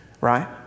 Right